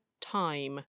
time